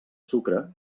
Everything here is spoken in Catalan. sucre